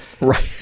Right